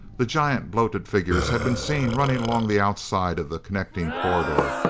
the giant bloated figures had been seen running along the outside of the connecting corridor,